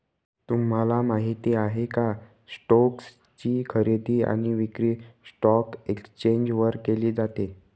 तुम्हाला माहिती आहे का? स्टोक्स ची खरेदी आणि विक्री स्टॉक एक्सचेंज वर केली जाते